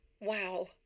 Wow